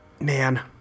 Man